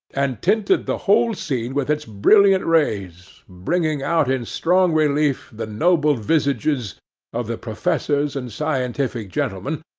and tinted the whole scene with its brilliant rays, bringing out in strong relief the noble visages of the professors and scientific gentlemen,